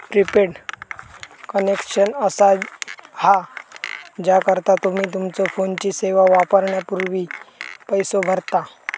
prepaid connection असा हा ज्याकरता तुम्ही तुमच्यो फोनची सेवा वापरण्यापूर्वी पैसो भरता